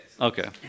Okay